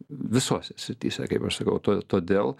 visose srityse kaip aš sakau todėl